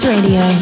Radio